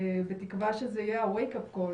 בתקווה שזאת תהיה קריאת השכמה,